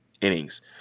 innings